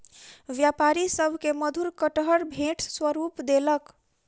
व्यापारी सभ के मधुर कटहर भेंट स्वरूप देलक